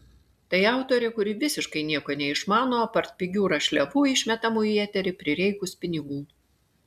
tai autorė kuri visiškai nieko neišmano apart pigių rašliavų išmetamų į eterį prireikus pinigų